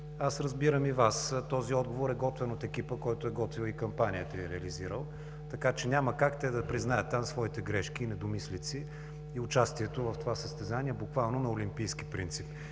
Аз разбирам и Вас. Този отговор е от екипа, който е готвил кампанията и я е реализирал така, че няма как там да признаят своите грешки и недомислици, и участието в това състезание буквално на олимпийски принцип.